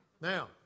Now